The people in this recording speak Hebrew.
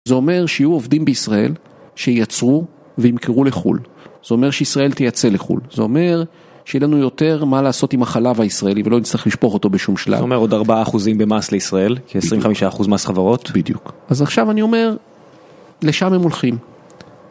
זה אומר שיהיו עובדים בישראל שייצרו וימכרו לחול, זה אומר שישראל תייצא לחול, זה אומר שיהיה לנו יותר מה לעשות עם החלב הישראלי ולא נצטרך לשפוך אותו בשום שלב. זה אומר עוד 4 אחוזים במס לישראל, 25 אחוז מס חברות. בדיוק. אז עכשיו אני אומר, לשם הם הולכים.